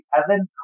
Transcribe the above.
heaven